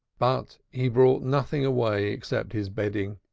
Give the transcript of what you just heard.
but he brought nothing away except his bedding,